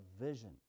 vision